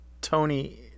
Tony